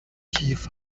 کیف